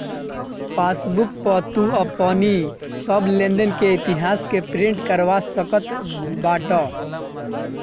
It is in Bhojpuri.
पासबुक पअ तू अपनी सब लेनदेन के इतिहास के प्रिंट करवा सकत बाटअ